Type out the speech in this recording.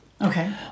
Okay